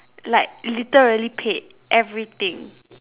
like literally paid everything